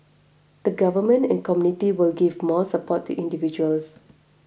the government and community will give more support to individuals